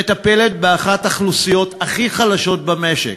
שמטפלת באחת האוכלוסיות הכי חלשות במשק.